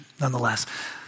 nonetheless